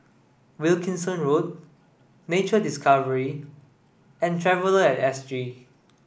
wilkinson Road Nature Discovery and Traveller at S G